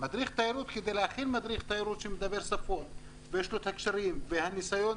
כדי להכין מדריך תיירות שמדבר שפות ויש לו הקשרים והניסיון,